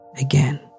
again